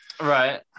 right